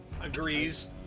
agrees